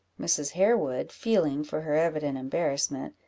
mrs. harewood, feeling for her evident embarrassment,